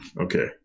Okay